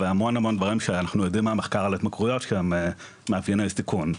והמון המון דברים שאנחנו יודעים מהמחקר על התמכרויות שהם מאפייני סיכון,